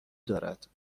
دارد